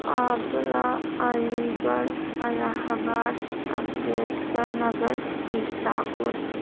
Agra Aligarh Allahabad Ambedkarnagar Sitapur